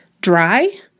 dry